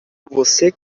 você